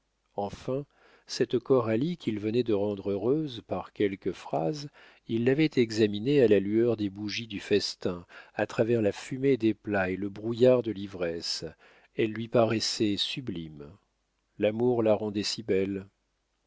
enfin cette coralie qu'il venait de rendre heureuse par quelques phrases il l'avait examinée à la lueur des bougies du festin à travers la fumée des plats et le brouillard de l'ivresse elle lui paraissait sublime l'amour la rendait si belle